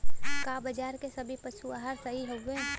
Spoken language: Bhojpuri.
का बाजार क सभी पशु आहार सही हवें?